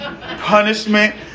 Punishment